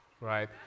right